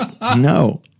no